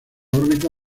órbita